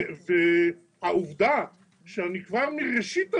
העובדה שאני כבר מראשית הדיון,